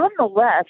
nonetheless